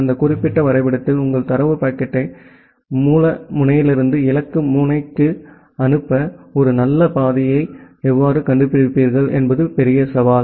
அந்த குறிப்பிட்ட வரைபடத்தில் உங்கள் தரவு பாக்கெட்டை மூல முனையிலிருந்து இலக்கு முனைக்கு அனுப்ப ஒரு நல்ல பாதையை எவ்வாறு கண்டுபிடிப்பீர்கள் என்பது சவால்